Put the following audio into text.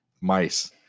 mice